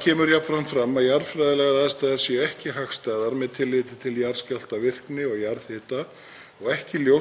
kemur jafnframt fram að jarðfræðilegar aðstæður séu ekki hagstæðar með tilliti til jarðskjálftavirkni og jarðhita og ekki ljóst hvaða tæknilegu úrlausnarefni þyrfti að eiga við og vegna mikillar umferðar er ljóst að göngin þyrftu að vera tvöföld með neyðargöngum á milli.